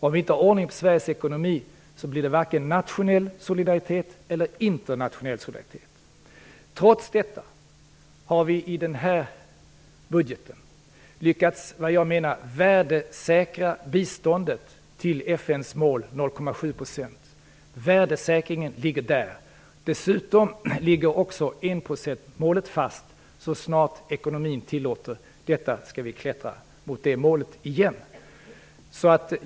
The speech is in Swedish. Om vi inte har ordning på Sveriges ekonomi blir det varken nationell solidaritet eller internationell solidaritet. Trots detta har vi i den här budgeten lyckats värdesäkra biståndet till FN:s mål 0,7 %. Värdesäkringen ligger där. Dessutom ligger också enprocentsmålet fast så snart ekonomin tillåter. Vi skall klättra mot det målet igen.